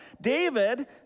David